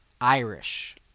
Irish